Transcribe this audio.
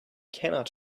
cannot